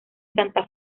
santa